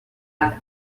have